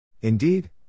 Indeed